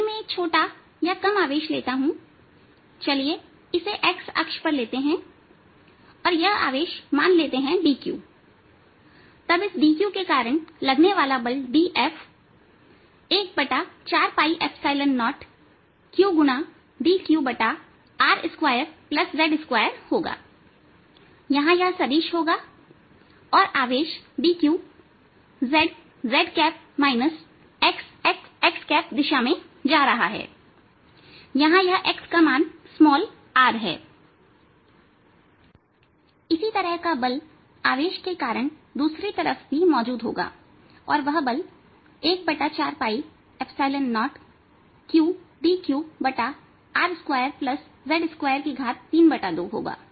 यदि मैं एक छोटा या कम आवेश लेता हूं चलिए इसे x अक्ष पर लेते हैं और यह आवेश मान लेते हैं dq तब इस dq के कारण लगने वाला dF बल 140qr2z2होगा यहां यह सदिश होगा और जहां आवेश dq z z कैप xxकैप दिशा में जा रहा है यहां यह x का मान r है इसी तरह का बल आवेश के कारण दूसरी तरफ भी मौजूद होगा और वह बल 140qr2z232 होगा